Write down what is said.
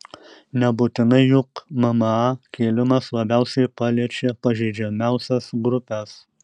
nebūtinai juk mma kėlimas labiausiai paliečia pažeidžiamiausias grupes